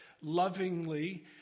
lovingly